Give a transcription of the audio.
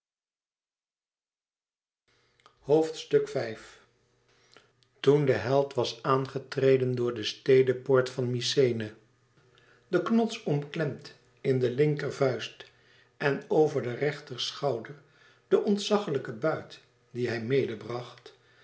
toen de held was aan getreden door de stedepoort van mykenæ den knots omklemd in de linkervuist en over den rechterschouder de ontzaglijke buit die hij